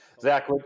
zach